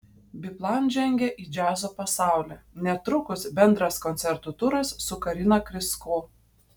biplan žengia į džiazo pasaulį netrukus bendras koncertų turas su karina krysko